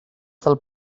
del